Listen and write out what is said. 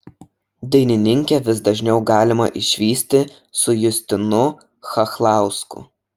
dainininkę vis dažniau galima išvysti su justinu chachlausku